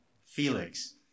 Felix